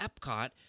Epcot